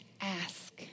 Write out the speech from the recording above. ask